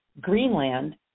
Greenland